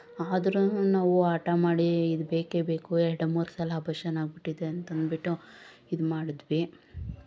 ಆದ್ರೂನು ನಾವು ಹಠ ಮಾಡಿ ಇದು ಬೇಕೇ ಬೇಕು ಎರಡು ಮೂರು ಸಲ ಅಪ್ರೆಶನ್ ಆಗಿಬಿಟ್ಟಿದೆ ಅಂತ ಅಂದ್ಬಿಟ್ಟು ಇದು ಮಾಡಿದ್ವಿ